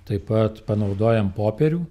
taip pat panaudojam popierių